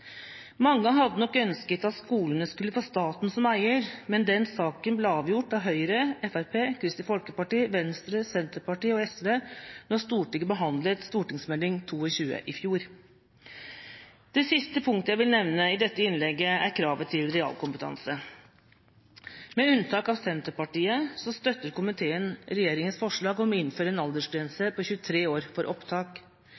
Mange hadde nok ønsket at skolene skulle få staten som eier, men den saken ble avgjort av Høyre, Fremskrittspartiet, Kristelig Folkeparti, Venstre, Senterpartiet og SV da Stortinget behandlet Meld. St. 22 for 2015–2016 i fjor. Det siste punktet jeg vil nevne i dette innlegget, er kravet til realkompetanse. Med unntak av Senterpartiet støtter komiteen regjeringas forslag om å innføre en